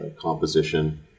composition